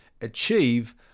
achieve